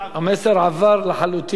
המסר עבר לחלוטין.